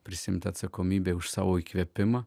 prisiimti atsakomybę už savo įkvėpimą